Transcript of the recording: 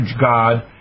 God